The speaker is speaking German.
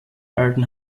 alten